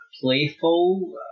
playful